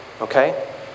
Okay